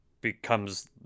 becomes